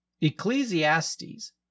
Ecclesiastes